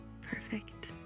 Perfect